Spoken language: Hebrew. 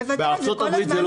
בוודאי, זה כל הזמן מתפרסם.